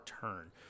turn